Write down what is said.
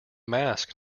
mask